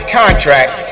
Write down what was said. contract